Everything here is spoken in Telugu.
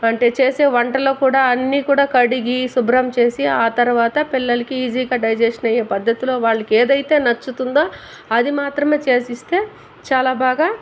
అంటే చేసే వంటలో కూడా అన్నీ కూడా కడిగి శుభ్రం చేసి ఆ తర్వాత పిల్లలకి ఈజీ గా డైజేషన్ అయ్యే పద్ధతిలో వాళ్ళకి ఏదైతే నచ్చుతుందో అది మాత్రమే చేసి ఇస్తే చాలా బాగా